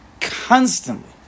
constantly